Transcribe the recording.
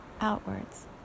outwards